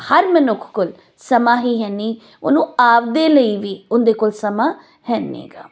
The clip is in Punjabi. ਹਰ ਮਨੁੱਖ ਕੋਲ ਸਮਾਂ ਹੀ ਹੈ ਨਹੀਂ ਉਹਨੂੰ ਆਪਦੇ ਲਈ ਵੀ ਉਹਦੇ ਕੋਲ ਸਮਾਂ ਹੈ ਨਹੀਂ ਗਾ